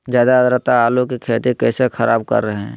ज्यादा आद्रता आलू की खेती कैसे खराब कर रहे हैं?